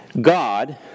God